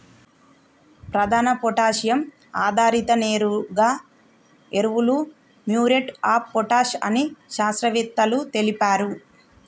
ప్రధాన పొటాషియం ఆధారిత నేరుగా ఎరువులు మ్యూరేట్ ఆఫ్ పొటాష్ అని శాస్త్రవేత్తలు తెలిపారు